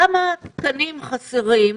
כמה תקנים חסרים,